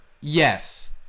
yes